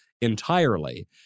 entirely